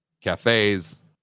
cafes